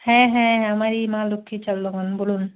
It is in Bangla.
হ্যাঁ হ্যাঁ আমারই মা লক্ষ্মী চাল দোকান বলুন